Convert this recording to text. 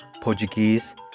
Portuguese